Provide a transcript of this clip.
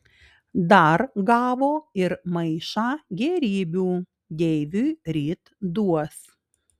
dar gavo ir maišą gėrybių deiviui ryt duos